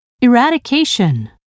Eradication